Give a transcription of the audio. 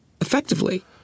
effectively